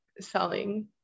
selling